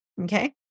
okay